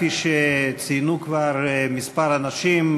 כפי שציינו כבר כמה אנשים,